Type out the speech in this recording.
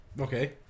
Okay